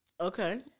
Okay